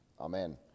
Amen